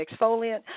exfoliant